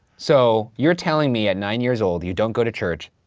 so, you're telling me, at nine years old, you don't go to church.